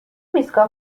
ایستگاه